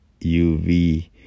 UV